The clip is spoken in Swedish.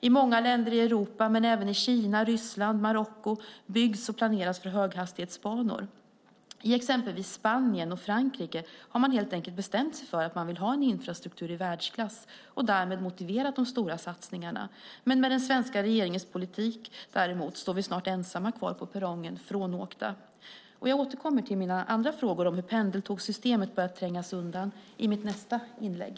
I många länder i Europa men även i Kina, Ryssland och Marocko byggs och planeras för höghastighetsbanor. I exempelvis Spanien och Frankrike har man helt enkelt bestämt sig för att man vill ha en infrastruktur i världsklass och därmed motiverat de stora satsningarna. Med den svenska regeringens politik, däremot, står vi snart ensamma kvar på perrongen frånåkta. Jag återkommer till mina andra frågor om hur pendeltågssystemet börjat trängas undan i mitt nästa inlägg.